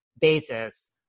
basis